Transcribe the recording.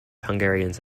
hungarians